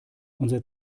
unser